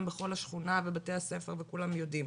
בכל השכונה ובתי הספר וכולם יודעים,